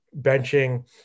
benching